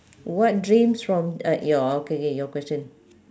what dreams from uh your okay okay your question